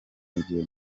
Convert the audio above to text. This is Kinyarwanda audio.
igihe